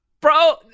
Bro